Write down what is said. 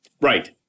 Right